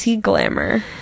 glamour